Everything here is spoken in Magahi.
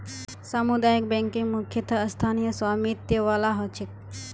सामुदायिक बैंकिंग मुख्यतः स्थानीय स्वामित्य वाला ह छेक